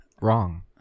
wrong